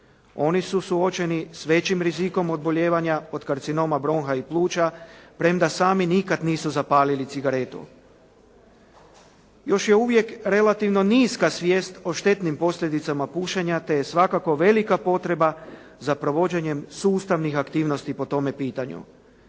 Oni su suočeni s većim rizikom obolijevanja od karcinoma bronha i pluća, premda sami nikada nisu zapalili cigaretu. Još je uvijek relativno niska svijest o štetnim posljedicama pušenja, te je svakako velika potpora za provođenjem sustavnih aktivnosti po tome pitanju.